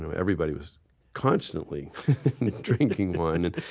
and everybody was constantly drinking wine. and